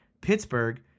Pittsburgh